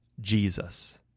Jesus